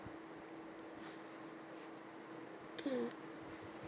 mm